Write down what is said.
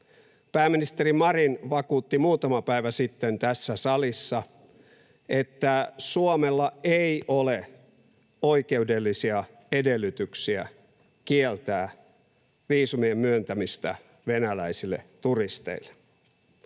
Pääministeri Marin vakuutti muutama päivä sitten tässä salissa, että Suomella ei ole oikeudellisia edellytyksiä kieltää viisumien myöntämistä venäläisille turisteille,